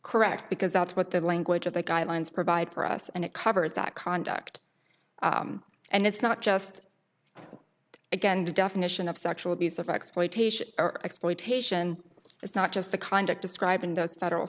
correct because that's what the language of the guidelines provide for us and it covers that conduct and it's not just again the definition of sexual abuse of exploitation or exploitation is not just the conduct described in those federal